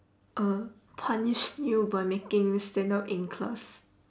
uh punish you by making you stand up in class